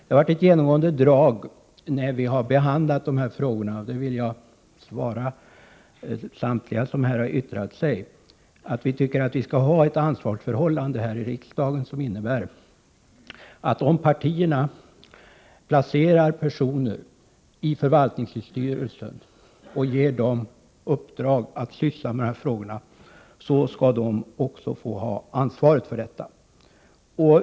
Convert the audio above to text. Ett genomgående drag när vi har behandlat dessa frågor — det vill jag framhålla för samtliga som här har yttrat sig — är att vi tycker att vi skall ha ett ansvarsförhållande här i riksdagen, som innebär att om partierna placerar personer i förvaltningsstyrelsen och ger dem i uppdrag att syssla med dessa frågor skall dessa personer också bära ansvaret härför.